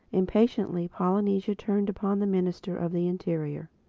impatiently polynesia turned upon the minister of the interior.